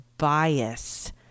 bias